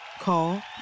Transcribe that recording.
Call